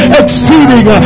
exceeding